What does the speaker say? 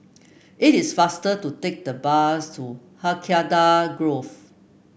it is faster to take the bus to Hacienda Grove